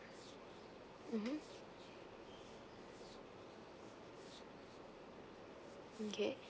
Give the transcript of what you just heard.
mmhmm okay